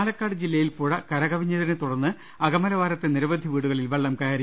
പാലക്കാട് ജില്ലയിൽ പുഴ കര കവിഞ്ഞതിനെ തുടർന്ന് അക മലവാരത്തെ നിരവധി വീടുകളിൽ വെളളം കയറി